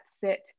sit